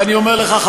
ואני אומר לך,